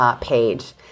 page